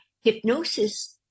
hypnosis